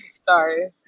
Sorry